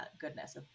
goodness